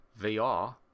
VR